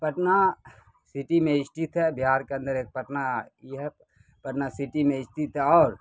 Patna city میں استتھ ہے بہار کے اندر ایک پٹنہ یہ ہے پٹنہ سٹی میں استتھ ہے اور